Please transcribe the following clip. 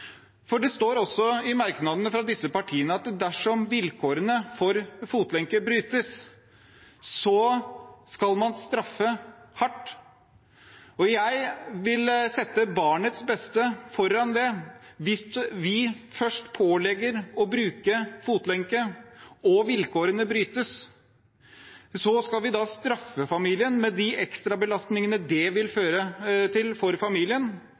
Det står i merknadene fra disse partiene at dersom vilkårene for bruk av fotlenke brytes, skal man straffe hardt. Jeg vil sette barnets beste foran det. Hvis vi først pålegger noen å bruke fotlenke og vilkårene brytes, skal vi altså straffe familien, med de ekstra belastningene det vil føre til for familien,